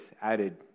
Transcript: added